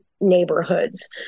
neighborhoods